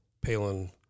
Palin